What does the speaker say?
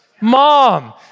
Mom